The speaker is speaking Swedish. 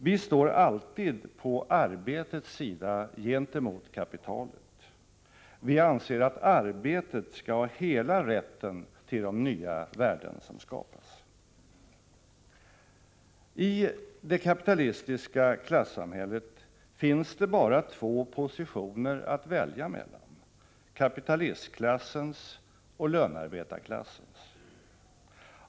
Vi står alltid på arbetets sida gentemot kapitalet. Vi anser att arbetet skall ha hela rätten till de nya värden som skapas. I det kapitalistiska klassamhället finns det bara två positioner att välja mellan: kapitalistklassens och lönarbetarklassens.